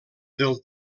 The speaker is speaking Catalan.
del